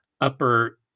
upper